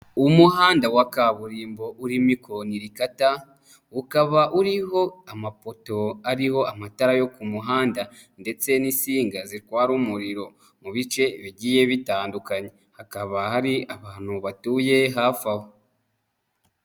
Umuhanda wa kaburimbo urimo ikoni rikata, ukaba uriho amapoto ariho amatara yo ku muhanda ndetse n'insinga zitwara umuriro mu bice bigiye bitandukanye, hakaba hari abantu batuye hafi aho.